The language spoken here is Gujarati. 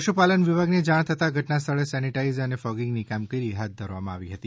પશુપાલન વિભાગને જાણ થતા ઘટનાસ્થળે સેનેટાઈઝ અને ફોગિંગની કામગીરી હાથ ધરાઈ હતી